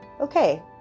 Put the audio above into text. okay